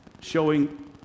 showing